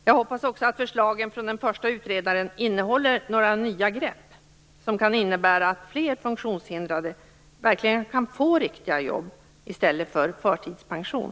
Jag hoppas också att förslagen från den första utredaren innehåller några nya grepp som kan innebära att fler funktionshindrade verkligen kan få riktiga jobb i stället för förtidspension.